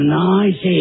nice